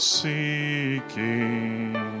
seeking